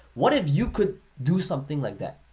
what if you could do something like that?